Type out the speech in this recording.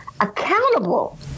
accountable